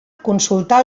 consultar